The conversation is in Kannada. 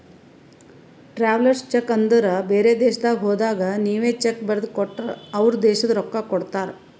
ಟ್ರಾವೆಲರ್ಸ್ ಚೆಕ್ ಅಂದುರ್ ಬೇರೆ ದೇಶದಾಗ್ ಹೋದಾಗ ನೀವ್ ಚೆಕ್ ಬರ್ದಿ ಕೊಟ್ಟರ್ ಅವ್ರ ದೇಶದ್ ರೊಕ್ಕಾ ಕೊಡ್ತಾರ